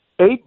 eight